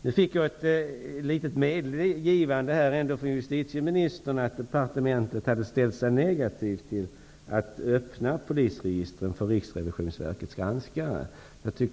Jag fick ändå ett litet medgivande här från justitieministern att man i departementet hade ställt sig negativ till att öppna polisregistren för Riksrevisionsverkets granskare.